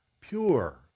pure